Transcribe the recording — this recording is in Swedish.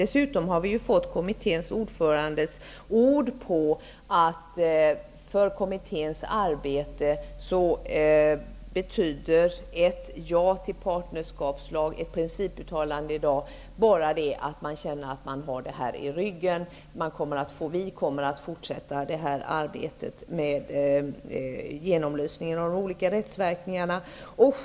Dessutom har vi fått kommitténs ordförandes ord på att för kommitténs arbete betyder ett ja till partnerskapslag -- ett principuttalande i dag -- bara att man känner att man har det i ryggen. Vi kommer att fortsätta arbetet med att undersöka de olika rättsverkningarna.